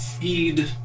feed